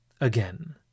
Again